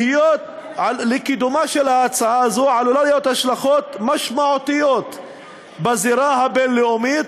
לקידומה של ההצעה הזו עלולות להיות השלכות משמעותיות בזירה הבין-לאומית,